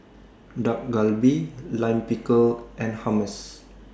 Dak Galbi Lime Pickle and Hummus